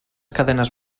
cadenes